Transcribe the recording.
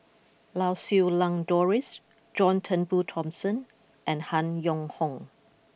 Lau Siew Lang Doris John Turnbull Thomson and Han Yong Hong